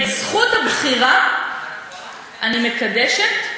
את זכות הבחירה אני מקדשת,